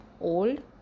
Old